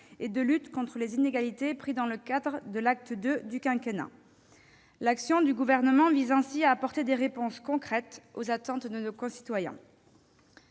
et de lutte contre les inégalités pris dans le cadre de l'acte II du quinquennat. L'action du Gouvernement vise ainsi à apporter des réponses concrètes aux attentes de nos concitoyens.